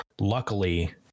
Luckily